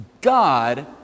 God